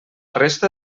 resta